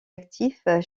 actifs